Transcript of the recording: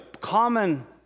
common